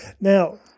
Now